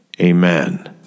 Amen